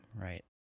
right